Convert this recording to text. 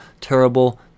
terrible